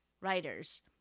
writers